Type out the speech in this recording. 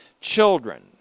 children